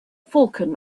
falcon